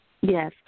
Yes